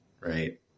right